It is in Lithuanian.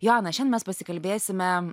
joana šen mes pasikalbėsime